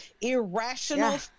irrational